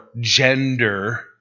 gender